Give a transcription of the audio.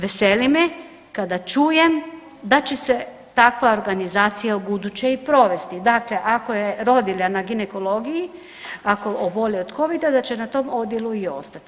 Veseli me kada čujem da će se takva organizacija ubuduće i provesti, dakle ako je rodilja na ginekologiji, ako oboli od Covida, da će na tom odjelu i ostati.